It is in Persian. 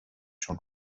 چون